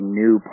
new